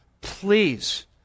please